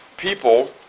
people